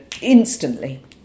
instantly